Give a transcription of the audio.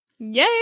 Yay